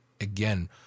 again